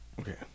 Okay